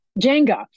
Jenga